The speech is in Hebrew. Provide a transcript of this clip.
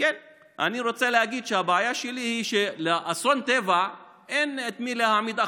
אני רוצה להגיד שהבעיה שלי היא שבאסון טבע אין את מי להעמיד אחראי,